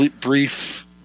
brief